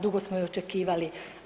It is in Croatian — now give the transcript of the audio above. Dugo smo je očekivali.